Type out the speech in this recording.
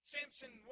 Samson